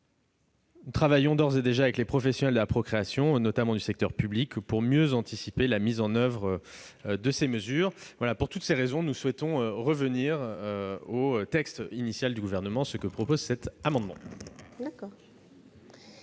Nous travaillons d'ores et déjà avec les professionnels de la procréation, notamment du secteur public, pour mieux anticiper la mise en oeuvre de ces mesures. Pour l'ensemble de ces raisons, nous souhaitons revenir au texte initial du Gouvernement, ce que prévoit cet amendement.